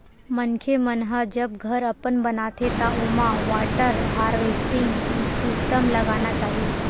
मनखे मन ह जब घर अपन बनाथे त ओमा वाटर हारवेस्टिंग सिस्टम लगाना चाही